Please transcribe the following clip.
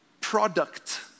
product